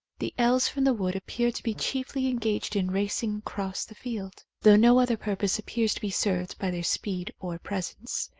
the elves from the wood appear to be chiefly engaged in racing across the field, though no other purpose appears to be served by their speed or presence.